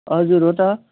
हजुर हो त